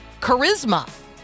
charisma